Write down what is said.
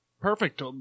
Perfect